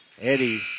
Eddie